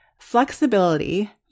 Flexibility